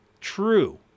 true